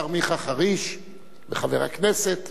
השר וחבר הכנסת